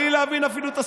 בלי להבין אפילו את הסוגיה.